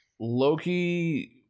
Loki